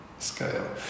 scale